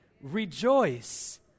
Rejoice